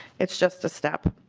it's just a step.